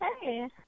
Hey